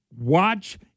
watch